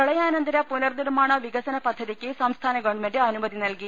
പ്രളയാനന്തര പുനർ നിർമാണ വികസന പദ്ധതിക്ക് സംസ്ഥാന ഗവൺമെന്റ് അനുമതി നൽകി